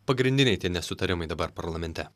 pagrindiniai nesutarimai dabar parlamente